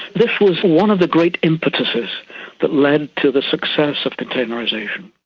this was one of the great impetuses that led to the success of containerisation.